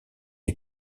les